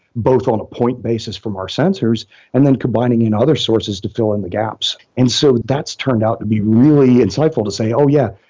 both on a point basis from our sensors and then combining in other sources to fill in the gaps. and so that's turned out to be really insightful to say, oh yeah,